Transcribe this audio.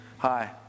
hi